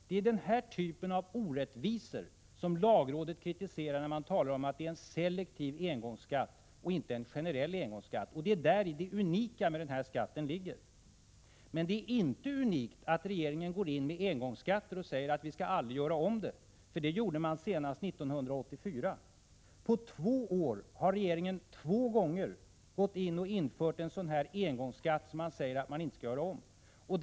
Det är den typen av orättvisor som lagrådet kritiserar, när man talar om att det är en selektiv engångsskatt och inte en generell engångsskatt. Däri ligger det unika med den här skatten. Men det är inte unikt att regeringen inför en engångsskatt och säger: Vi skall aldrig göra om det. Det gjorde man nämligen senast 1984. På två år har regeringen två gånger infört en engångsskatt och sagt att man inte skall göra om det.